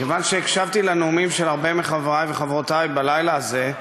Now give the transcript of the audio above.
כיוון שהקשבתי לנאומים של הרבה מחברי וחברותי בלילה הזה,